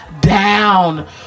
down